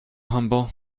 humble